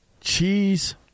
cheese